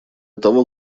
того